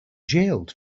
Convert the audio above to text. jailed